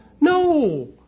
No